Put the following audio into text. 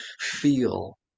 feel